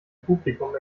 publikum